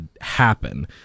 happen